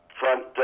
front